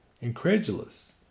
incredulous